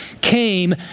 came